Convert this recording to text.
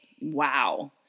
Wow